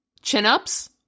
Chin-ups